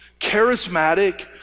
charismatic